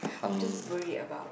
I'm just worried about